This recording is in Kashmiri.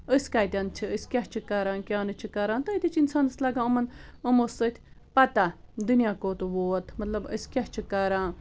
أسۍ کَتٮ۪ن چھِ أسۍ کیٛاہ چھِ کَران کیٛاہ نہٕ چھِ کَران تہٕ أتی چھِ اِنسانَس لَگان یِمن یِمو سۭتۍ پَتہ دُنیا کوٚت ووت مطلب أسۍ کیٛاہ چھِ کَران